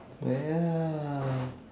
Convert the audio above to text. yeah